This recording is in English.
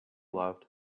loved